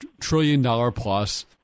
trillion-dollar-plus